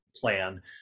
plan